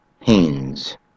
Haynes